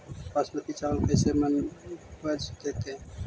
बासमती चावल कैसे मन उपज देतै?